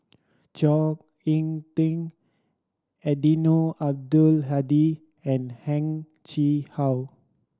Chao Hick Tin Eddino Abdul Hadi and Heng Chee How